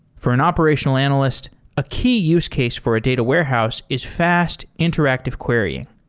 for an operational analyst a key use case for a data warehouse is fast interactive querying.